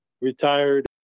retired